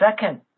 second